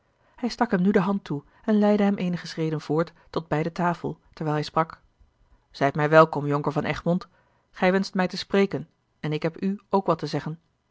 hij stak hem nu de hand toe en leidde hem eenige schreden voort tot bij de tafel terwijl hij sprak zijt mij welkom jonker van egmond gij wenscht mij te spreken en ik heb u ook wat te zeggen